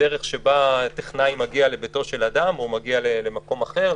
הדרך שבה טכנאי מגיע לביתו של אדם או מגיע למקום אחר,